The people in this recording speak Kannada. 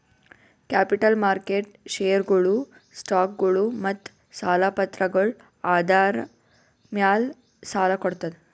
ಕ್ಯಾಪಿಟಲ್ ಮಾರ್ಕೆಟ್ ಷೇರ್ಗೊಳು, ಸ್ಟಾಕ್ಗೊಳು ಮತ್ತ್ ಸಾಲ ಪತ್ರಗಳ್ ಆಧಾರ್ ಮ್ಯಾಲ್ ಸಾಲ ಕೊಡ್ತದ್